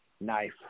knife